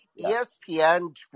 ESPN